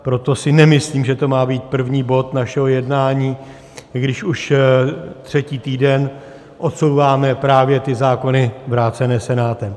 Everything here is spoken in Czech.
Proto si nemyslím, že to má být první bod našeho jednání, když už třetí týden odsouváme právě ty zákony vrácené Senátem.